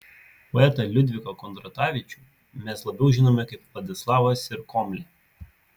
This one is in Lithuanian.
poetą liudviką kondratavičių mes labiau žinome kaip vladislavą sirokomlę